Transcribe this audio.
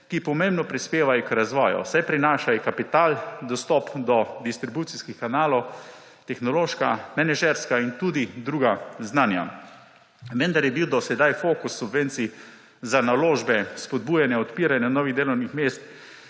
ki pomembno prispevajo k razvoju, saj prinašajo kapital, dostop do distribucijskih kanalov, tehnološka, menedžerska in tudi druga znanja, vendar je bil do sedaj fokus subvencij za naložbe spodbujanja odpiranja novih delovnih mest,